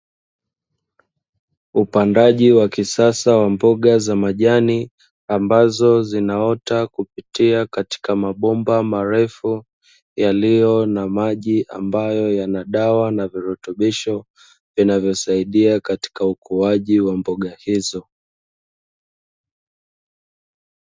Upandaji wa kisasa wa mboga za majani, ambazo zinaota kupitia katika mabomba marefu, yaliyo na maji ambayo yana dawa pamoja na virutubisho, vinavyosaidia katika ukuaji wa mboga hizo.